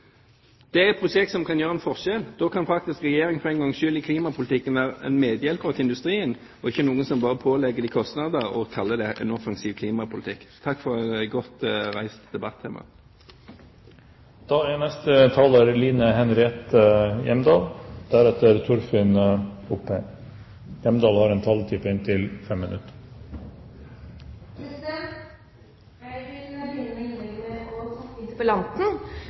vil få et utemarked ved hjelp av norsk kjøp av klimakvoter. Det er prosjekt som kan gjøre en forskjell. Da kan faktisk Regjeringen for en gangs skyld i klimapolitikken være en medhjelper til industrien, og ikke en som bare pålegger dem kostnader og kaller det en offensiv klimapolitikk. Takk for et godt reist debattema. Jeg vil begynne innlegget med å takke interpellanten